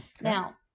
Now